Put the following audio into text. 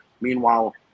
Meanwhile